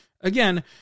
again